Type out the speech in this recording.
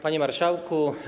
Panie Marszałku!